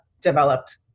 developed